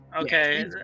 Okay